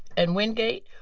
and wingate,